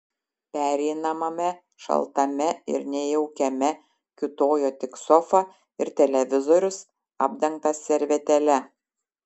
pereinamame šaltame ir nejaukiame kiūtojo tik sofa ir televizorius apdengtas servetėle